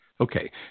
Okay